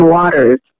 waters